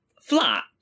flat